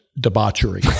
debauchery